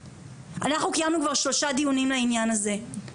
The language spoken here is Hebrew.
אנחנו קיימנו כבר שלושה דיונים לעניין הזה,